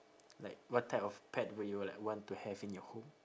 like what type of pet will you like want to have in your home